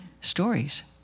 stories